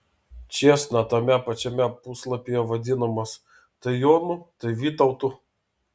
čėsna tame pačiame puslapyje vadinamas tai jonu tai vytautu